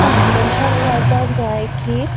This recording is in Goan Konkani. मनशांक कळपाक जाय की